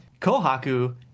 Kohaku